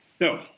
No